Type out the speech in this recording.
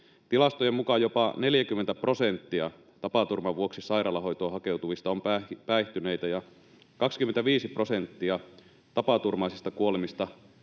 Tilastojen mukaan jopa 40 prosenttia tapaturman vuoksi sairaalahoitoon hakeutuvista on päihtyneitä ja 25 prosenttia tapaturmaisista kuolemista